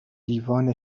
دیوان